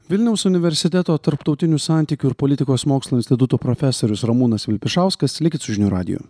vilniaus universiteto tarptautinių santykių ir politikos mokslų instituto profesorius ramūnas vilpišauskas likti su žinių radiju